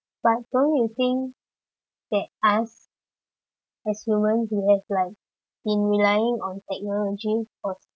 but don't you think that us as human we have like been relying on technology for